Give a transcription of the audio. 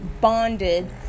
bonded